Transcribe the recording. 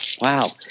Wow